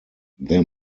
their